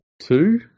two